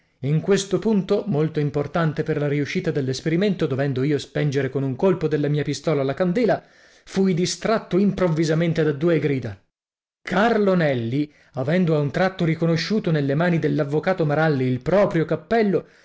in questo punto molto importante per la riuscita dell'esperimento dovendo io spengere con un colpo della mia pistola la candela fui distratto improvvisamente da due grida carlo nelli avendo a un tratto riconosciuto nelle mani dell'avvocato maralli il proprio cappello